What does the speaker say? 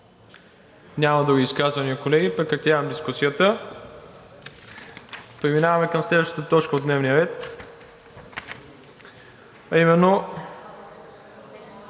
Няма други изказвания, колеги. Прекратявам дискусията. Преминаваме към следващата точка от дневния ред: ВТОРО